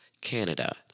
Canada